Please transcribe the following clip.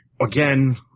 again